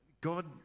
God